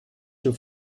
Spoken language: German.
dem